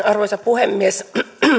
arvoisa puhemies